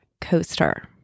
coaster